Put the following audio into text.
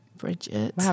Bridget